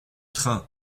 train